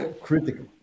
Critical